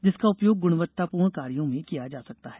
जिसका उपयोग गुणवत्तापूर्ण कार्यो में किया जा सकता है